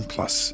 Plus